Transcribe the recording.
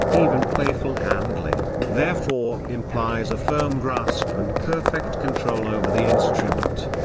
even playful handling, therefore implies a firm grasp and perfect control over the instrument.